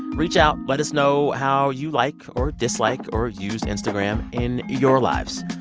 reach out, let us know how you like or dislike or use instagram in your lives.